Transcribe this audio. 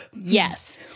Yes